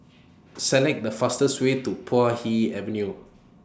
Select The fastest Way to Puay Hee Avenue